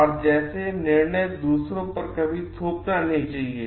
और जैसे निर्णय दूसरों पर कभी थोपना नहीं चाहिए